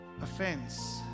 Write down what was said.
Offense